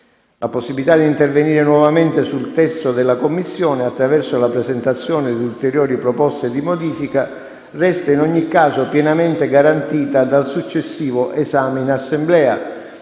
La possibilità di intervenire nuovamente sul testo della Commissione attraverso la presentazione di ulteriori proposte di modifica resta in ogni caso pienamente garantita dal successivo esame in Assemblea,